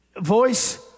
voice